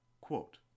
Quote